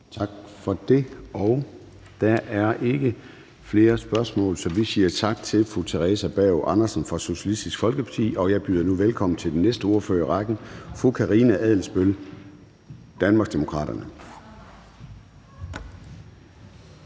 Tak for det. Der er ikke flere spørgsmål, så vi siger tak til fru Theresa Berg Andersen fra Socialistisk Folkeparti. Og jeg byder nu velkommen til den næste ordfører i rækken, som er fru Karina Adsbøl, Danmarksdemokraterne.